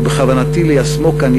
ובכוונתי ליישמו כאן,